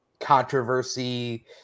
controversy